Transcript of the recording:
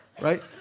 Right